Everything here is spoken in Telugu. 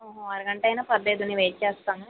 ఓ అరగంట అయినా పర్లేదు నేను వైట్ చేస్తాను